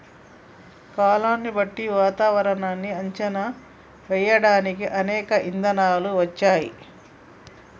కాలాన్ని బట్టి వాతావరనాన్ని అంచనా వేయడానికి అనేక ఇధానాలు వచ్చాయి